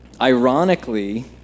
Ironically